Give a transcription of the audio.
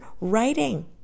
writing